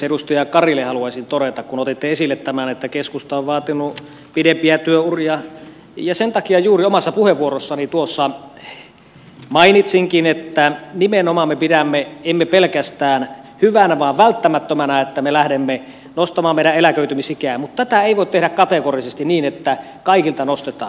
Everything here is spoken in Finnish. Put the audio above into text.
edustaja karille haluaisin todeta kun otitte esille tämän että keskusta on vaatinut pidempiä työuria että sen takia juuri omassa puheenvuorossani mainitsinkin että me nimenomaan pidämme emme pelkästään hyvänä vaan välttämättömänä että lähdemme nostamaan eläköitymisikää mutta tätä ei voi tehdä kategorisesti niin että kaikilta nostetaan